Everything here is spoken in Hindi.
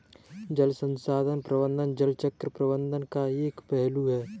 जल संसाधन प्रबंधन जल चक्र प्रबंधन का एक पहलू है